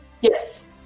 Yes